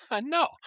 No